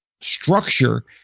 structure